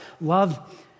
Love